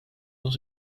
dans